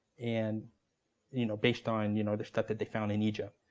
and you know based on you know the stuff that they found in egypt.